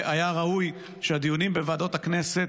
היה ראוי שהדיונים בוועדות הכנסת,